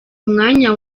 mwanya